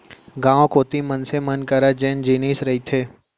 गाँव कोती मनसे मन करा जेन जिनिस रहिथे